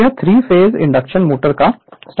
तो यह 3 phase induction motor का स्टार्टर है